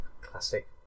Classic